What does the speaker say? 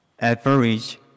average